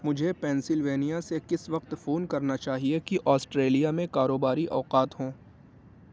مجھے پینسلوینیا سے کس وقت فون کرنا چاہیئے کہ آسٹریلیا میں کاروباری اوقات ہوں